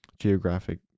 geographic